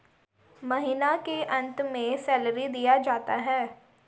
महीना के अंत में सैलरी दिया जाता है